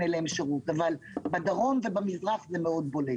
אליהן שירות אבל בדרום ובמזרח זה מאוד בולט.